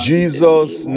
Jesus